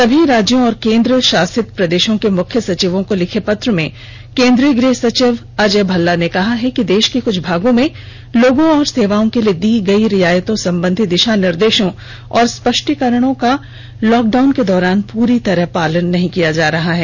सभी राज्यों और केन्द्रशासित प्रदेशों के मुख्य सचिवों को लिखे पत्र में केन्द्रीय गृह सचिव अजय भल्ला ने कहा है कि देश के कुछ भागों में लोगों और सेवाओं के लिए दी गई रियायतों संबंधी दिशा निर्देशों और स्पष्टीकरणों का लॉकडाउन के दौरान पूरी तरह पालन नहीं किया जा रहा है